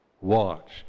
watch